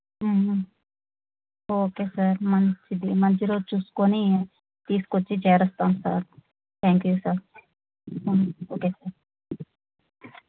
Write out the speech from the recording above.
okay sir మంచిది మంచి రోజు చూసుకుని తీసుకొచ్చి చేర్చుతాము sir thank you sir okay sir